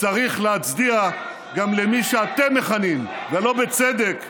צריך להצדיע גם למי שאתם מכנים, ולא בצדק,